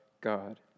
God